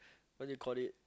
what do you call it